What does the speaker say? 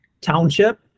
township